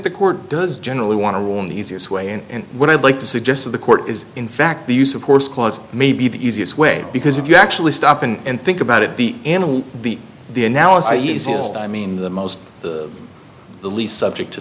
the court does generally want to warn the easiest way and what i'd like to suggest to the court is in fact the use of course clause may be the easiest way because if you actually stop and think about it the animal the the analysis i mean the most the least subject to